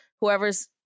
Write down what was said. whoever's